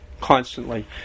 constantly